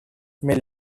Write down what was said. may